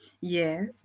Yes